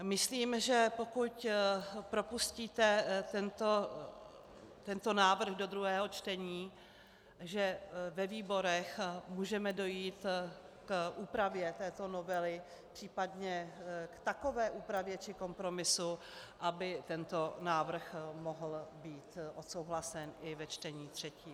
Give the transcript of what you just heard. Myslím, že pokud propustíte tento návrh do druhého čtení, že ve výborech můžeme dojít k úpravě této novely, případně k takové úpravě či kompromisu, aby tento návrh mohl být odsouhlasen ve čtení třetím.